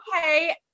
Okay